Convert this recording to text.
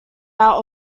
out